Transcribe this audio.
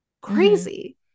crazy